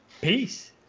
Peace